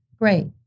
Great